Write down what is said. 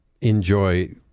enjoy